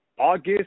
August